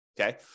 Okay